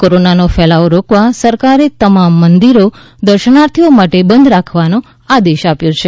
કોરોનાનો ફેલાવો રોકવા સરકારે તમામ મંદિરો દર્શનાર્થીઓ માટે બંધ રાખવાનો આદેશ આપ્યો છે